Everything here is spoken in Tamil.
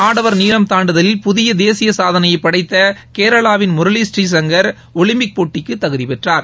ஆடவர் நீளம் தாண்டுதலில் புதிய தேசிய சாதனையை படைத்த கேரளாவின் முரளி புரீசங்கர் ஒலிம்பிக் போட்டிக்கு தகுதிபெற்றார்